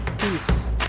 peace